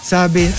Sabi